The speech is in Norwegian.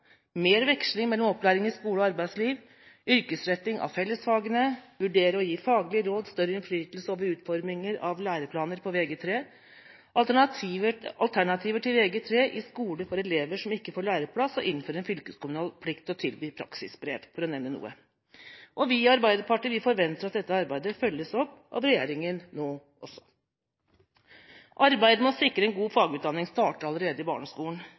mer veksling mellom opplæring i skole og arbeidsliv, yrkesretting av fellesfagene, vurdere å gi faglige råd, større innflytelse over utforming av lærerplaner på Vg3, alternativer til Vg3 i skole for elever som ikke får læreplass, og å innføre en fylkeskommunal plikt til å tilby praksisbrev, for å nevne noe. Vi i Arbeiderpartiet forventer at dette arbeidet følges opp av regjeringa nå også. Arbeidet med å sikre en god fagutdanning starter allerede i barneskolen.